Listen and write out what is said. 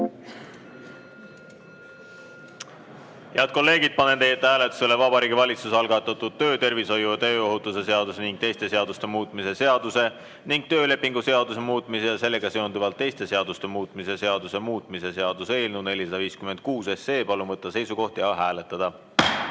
kolleegid, panen hääletusele Vabariigi Valitsuse algatatud töötervishoiu ja tööohutuse seaduse ning teiste seaduste muutmise seaduse ning töölepingu seaduse muutmise ja sellega seonduvalt teiste seaduste muutmise seaduse muutmise seaduse eelnõu 456. Palun võtta seisukoht ja hääletada!